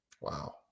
Wow